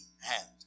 hand